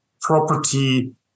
property